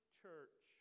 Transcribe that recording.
church